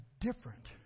different